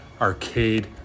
arcade